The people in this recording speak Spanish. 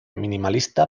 minimalista